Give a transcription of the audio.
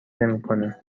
نمیکنه